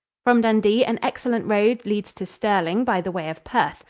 from dundee an excellent road leads to stirling by the way of perth.